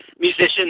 musicians